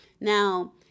Now